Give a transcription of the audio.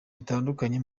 bitandukanye